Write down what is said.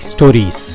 Stories